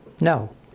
No